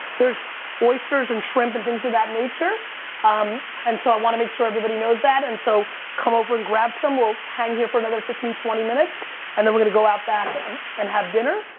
there's oysters and shrimp and things of that nature um and so i want to make sure that everybody knows that. and so come over and grab some. we'll hang here for another fifteen, twenty minutes and then we're gonna go out back and and have dinner.